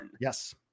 Yes